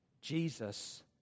Jesus